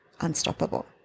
unstoppable